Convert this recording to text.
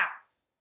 house